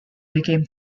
became